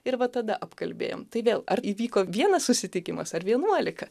ir va tada apkalbėjom tai vėl ar įvyko vienas susitikimas ar vienuolika